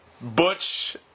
Butch